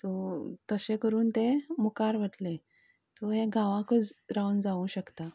तशें करून तें मुखार वतलें तो हें गांवांकच रावन जावूंक शकता